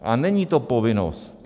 A není to povinnost.